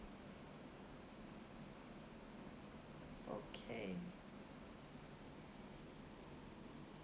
okay